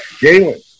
Galen